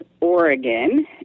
Oregon